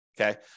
okay